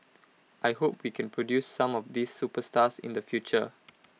I hope we can produce some of these superstars in the future